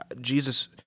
Jesus